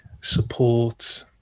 support